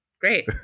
Great